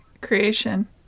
creation